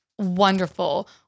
Wonderful